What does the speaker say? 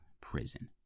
prison